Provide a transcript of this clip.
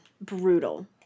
Brutal